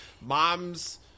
mom's